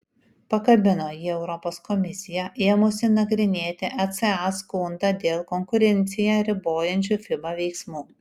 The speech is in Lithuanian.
pakabino jį europos komisija ėmusi nagrinėti eca skundą dėl konkurenciją ribojančių fiba veiksmų